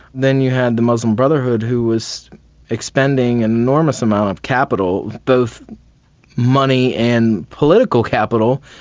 then you had the muslim brotherhood who was expending an enormous amount of capital, both money and political capital,